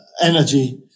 energy